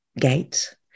gate